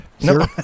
no